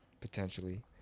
potentially